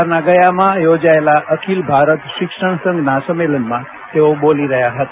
બિહારના ગયામાં યોજાયેલા અખિલ ભારત શિક્ષણ સંઘના સાંમેલનમાં તેઓ બોલી રહ્યા હતા